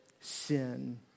sin